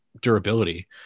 durability